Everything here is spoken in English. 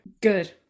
good